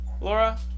Laura